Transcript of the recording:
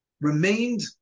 remained